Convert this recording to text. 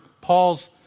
Paul's